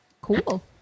Cool